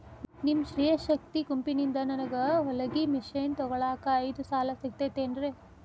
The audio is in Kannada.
ನಿಮ್ಮ ಸ್ತ್ರೇ ಶಕ್ತಿ ಗುಂಪಿನಿಂದ ನನಗ ಹೊಲಗಿ ಮಷೇನ್ ತೊಗೋಳಾಕ್ ಐದು ಸಾಲ ಸಿಗತೈತೇನ್ರಿ?